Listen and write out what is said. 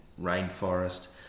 rainforest